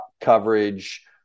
coverage